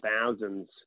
thousands